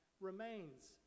remains